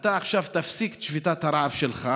אתה עכשיו תפסיק את שביתת הרעב שלך.